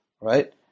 right